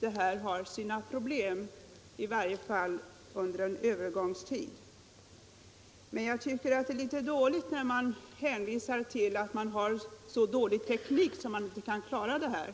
detta har sina problem, i varje fall under en övergångstid. Men jag tycker att det är litet vagt när det hänvisas till att man har så dålig teknik att man inte kan klara detta.